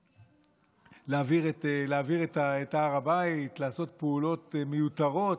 להבעיר את הר הבית, לעשות פעולות מיותרות.